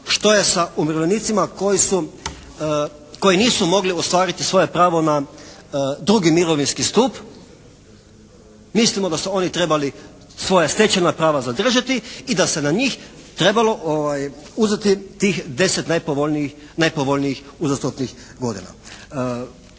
što je sa umirovljenicima koji su, koji nisu mogli ostvariti svoje pravo na drugi mirovinski stup. Mislimo da su oni trebali svoja stečena prava zadržati i da se na njih trebalo uzeti tih 10 najpovoljnijih uzastopnih godina.